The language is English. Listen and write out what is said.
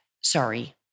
Sorry